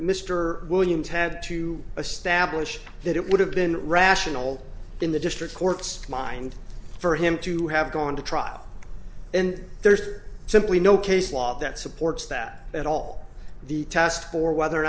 mr williams had to a stablish that it would have been rational in the district court's mind for him to have gone to trial and there's simply no case law that supports that at all the test for whether or